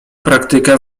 praktyka